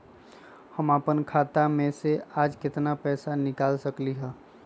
हम अपन खाता में से आज केतना पैसा निकाल सकलि ह?